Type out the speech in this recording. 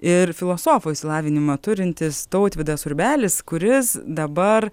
ir filosofo išsilavinimą turintis tautvydas urbelis kuris dabar